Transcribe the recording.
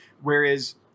Whereas